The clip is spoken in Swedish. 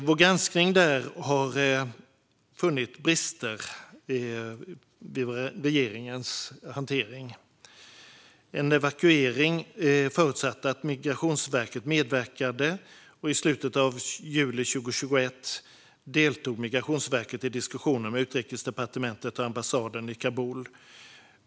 Vår granskning där har funnit brister i regeringens hantering. En evakuering förutsatte att Migrationsverket medverkade, och i slutet av juli 2021 deltog Migrationsverket i diskussioner med Utrikesdepartementet och ambassaden i Kabul.